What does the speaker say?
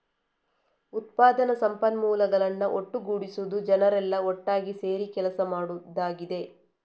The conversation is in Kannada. ಉತ್ಪಾದನಾ ಸಂಪನ್ಮೂಲಗಳನ್ನ ಒಟ್ಟುಗೂಡಿಸುದು ಜನರೆಲ್ಲಾ ಒಟ್ಟಾಗಿ ಸೇರಿ ಕೆಲಸ ಮಾಡುದಾಗಿದೆ